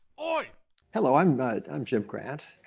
ah hello. i'm but um jim grant.